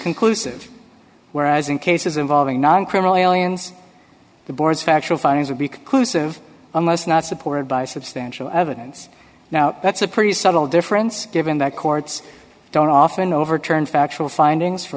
conclusive whereas in cases involving non criminal aliens the board's factual findings would be conclusive almost not supported by substantial evidence now that's a pretty subtle difference given that courts don't often overturn factual findings for